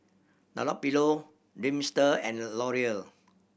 Dunlopillo Dreamster and Laurier